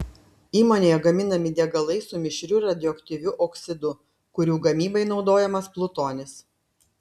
įmonėje gaminami degalai su mišriu radioaktyviu oksidu kurių gamybai naudojamas plutonis